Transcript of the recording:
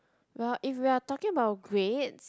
well if you are talking about grades